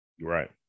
right